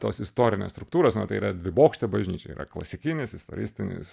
tos istorinės struktūros na tai yra dvibokštė bažnyčia yra klasikinis istoristinis